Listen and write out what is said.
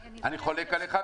אני חולק עליך.